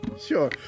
Sure